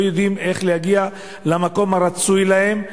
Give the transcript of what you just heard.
לא יודעים איך להגיע למקום הרצוי להם.